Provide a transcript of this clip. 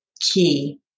key